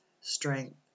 strength